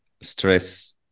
stress